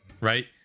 right